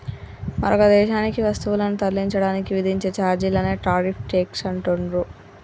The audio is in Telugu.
మరొక దేశానికి వస్తువులను తరలించడానికి విధించే ఛార్జీలనే టారిఫ్ ట్యేక్స్ అంటుండ్రు